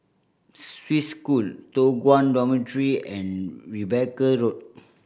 Swiss School Toh Guan Dormitory and Rebecca Road